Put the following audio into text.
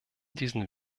diesen